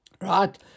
Right